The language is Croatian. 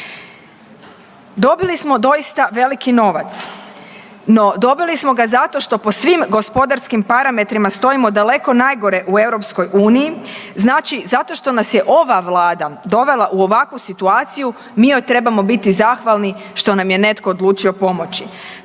Dobili smo doista veliki novac, no dobili ga zato što po svim gospodarskim parametrima stojimo daleko najgore u EU, znači zato što nas je ova vlada dovela u ovakvu situaciju, mi joj trebamo biti zahvalni što nam je netko odlučio pomoći.